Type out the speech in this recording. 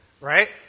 right